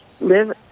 live